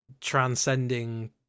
transcending